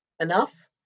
enough